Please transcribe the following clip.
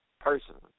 personally